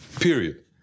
period